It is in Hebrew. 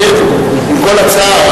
עם כל הצער,